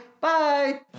Bye